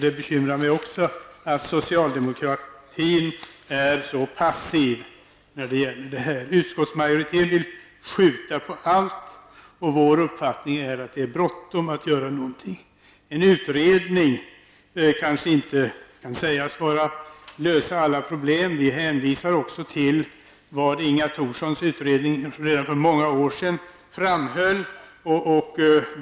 Det bekymrar mig också att socialdemokratin är så passiv. Utskottsmajoriteten vill skjuta på allt. Vår uppfattning är att det är bråttom att göra någonting. En utredning kanske inte kan lösa alla problem. Vi hänvisar dock till vad Inga Thorsson i sin utredning för många år sedan framhöll.